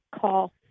call